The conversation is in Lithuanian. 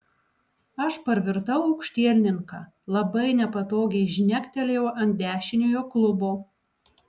aš parvirtau aukštielninka labai nepatogiai žnektelėjau ant dešiniojo klubo